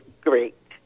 great